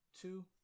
Two